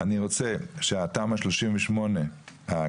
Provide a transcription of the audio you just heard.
אני רוצה שהתמ"א 38 הקיימת,